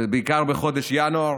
בעיקר בחודש ינואר,